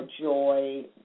joy